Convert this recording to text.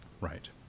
Right